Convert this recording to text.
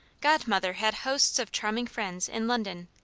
godmother had hosts of charming friends in london,